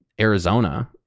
Arizona